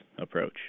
approach